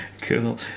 Cool